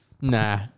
Nah